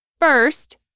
First